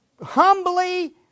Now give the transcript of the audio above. humbly